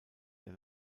der